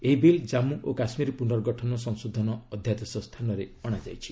ଏହି ବିଲ୍ ଜାନ୍ଧୁ ଓ କାଶ୍ମୀର ପୁର୍ନଗଠନ ସଂଶୋଧନ ଅଧ୍ୟାଦେଶ ସ୍ଥାନରେ ଅଣାଯାଇଛି